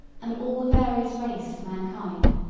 and all the various race of mankind,